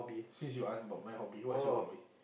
since you ask about my hobby what's your hobby